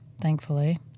thankfully